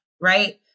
Right